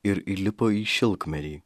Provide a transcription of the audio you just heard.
ir įlipo į šilkmedį